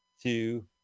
two